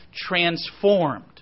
transformed